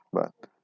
but